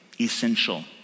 essential